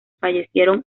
fallecieron